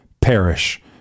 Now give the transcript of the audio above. perish